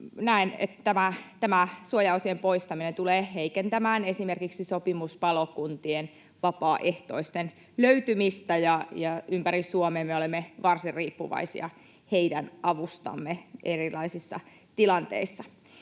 Näen, että tämä suojaosien poistaminen tulee heikentämään esimerkiksi sopimuspalokuntien vapaaehtoisten löytymistä, ja ympäri Suomea me olemme varsin riippuvaisia heidän avustaan erilaisissa tilanteissa.